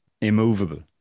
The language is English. immovable